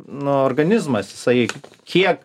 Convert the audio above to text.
nu organizmas jisai kiek